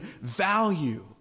value